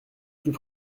plus